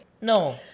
No